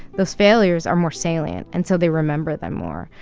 those failures are more salient and so they remember them more.